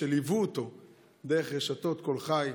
ליוו אותו דרך רשתות: קול חי,